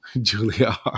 Julia